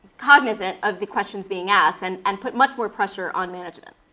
cognizant of the questions being asked and and put much more pressure on management.